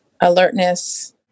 alertness